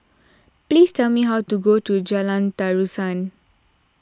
please tell me how to get to Jalan Terusan